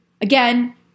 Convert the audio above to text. Again